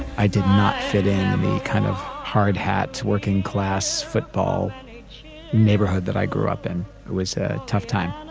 i did not fit in any kind of hardhats, working class football neighborhood that i grew up in. it was a tough time